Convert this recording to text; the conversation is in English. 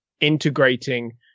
integrating